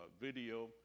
video